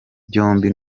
byombi